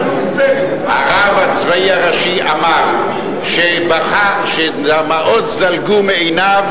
הרב הצבאי הראשי אמר שדמעות זלגו מעיניו